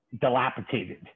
dilapidated